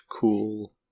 cool